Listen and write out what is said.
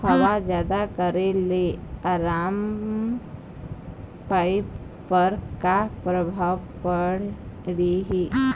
हवा जादा करे ले अरमपपई पर का परभाव पड़िही?